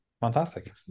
Fantastic